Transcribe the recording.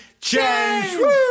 change